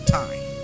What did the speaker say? time